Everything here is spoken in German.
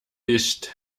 isst